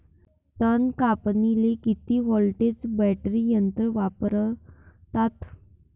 तन कापनीले किती व्होल्टचं बॅटरी यंत्र वापरतात?